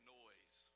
noise